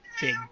big